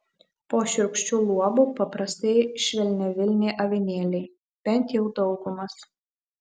po šiurkščiu luobu paprastai švelniavilniai avinėliai bent jau daugumas